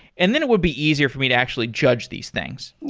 and then it would be easier for me to actually judge these things.